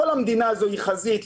כל המדינה הזו היא חזית,